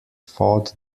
fought